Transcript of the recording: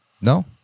no